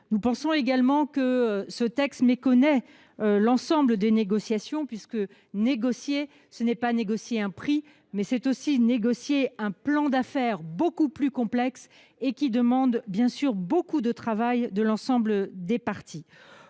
Nous pensons également que ce texte méconnaît l’ensemble des négociations : négocier, ce n’est pas seulement négocier un prix, c’est aussi négocier un plan d’affaires beaucoup plus complexe, qui nécessite bien sûr beaucoup de travail de la part de l’ensemble des parties